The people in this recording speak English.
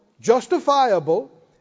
justifiable